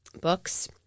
books